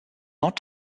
not